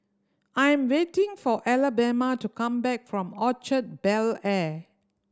I'm waiting for Alabama to come back from Orchard Bel Air